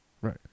Right